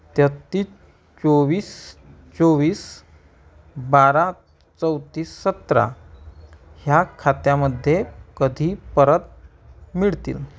तेहतीस चोवीस चोवीस बारा चौतीस सतरा ह्या खात्यामध्ये कधी परत मिळतील